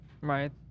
Right